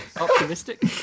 optimistic